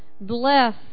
bless